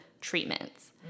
treatments